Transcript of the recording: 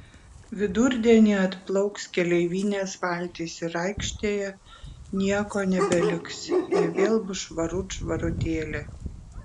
vidurdienį atplauks keleivinės valtys ir aikštėje nieko nebeliks ji vėl bus švarut švarutėlė